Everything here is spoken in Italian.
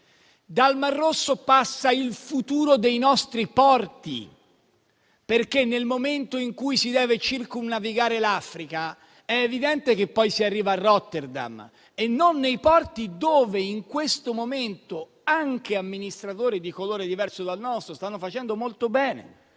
Dal Mar Rosso passano le merci e il futuro dei nostri porti. Nel momento infatti in cui si deve circumnavigare l'Africa, è evidente che poi si arriva a Rotterdam e non nei porti dove, in questo momento, anche amministratori di colori diversi dal nostro stanno facendo molto bene.